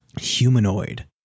humanoid